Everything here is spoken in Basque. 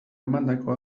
emandako